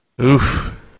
Oof